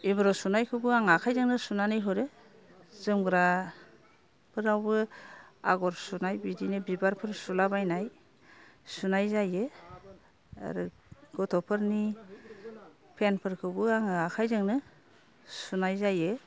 एमब्र' सुनायखौबो आं आखाइजोंनो सुनानै हरो जोमग्राफोरावबो आग'र सुनाय बिदिनो बिबारफोर सुला बायनाय सुनाय जायो आरो गथ'फोरनि पेनफोरखौबो आङो आखाइजोंनो सुनाय जायो